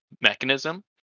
mechanism